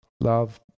Love